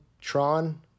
Tron